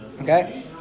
okay